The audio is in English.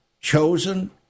chosen